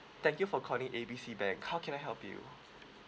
thank you for calling A B C bank how can I help you